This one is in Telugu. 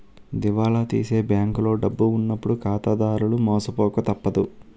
దివాలా తీసే బ్యాంకులో డబ్బు ఉన్నప్పుడు ఖాతాదారులు మోసపోక తప్పదు